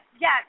yes